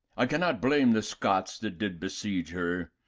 i cannot blame the scots that did besiege her,